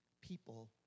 people